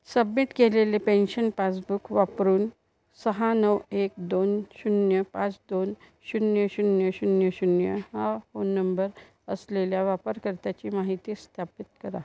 submit केलेले pension passbook वापरून सहा नऊ एक दोन शून्य पाच दोन शून्य शून्य शून्य शून्य हा फोन नंबर असलेल्या वापरकर्त्याची माहिती स्थापित करा